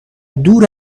دور